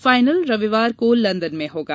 final रविवार को London में होगा